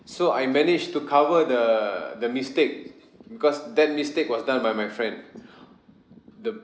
so I managed to cover the the mistake because that mistake was done by my friend the